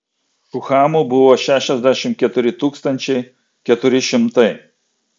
šuhamų buvo šešiasdešimt keturi tūkstančiai keturi šimtai